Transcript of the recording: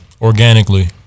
organically